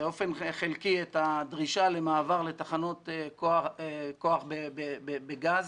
באופן חלקי את הדרישה למעבר לתחנות כוח בגז